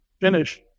finish